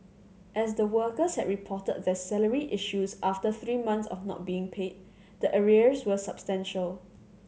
as the workers had reported their salary issues after three months of not being paid the arrears were substantial